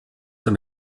der